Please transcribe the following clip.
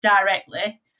directly